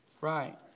Right